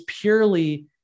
purely